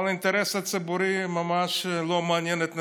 אבל האינטרס הציבורי ממש לא מעניין את נתניהו.